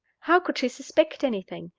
how could she suspect anything?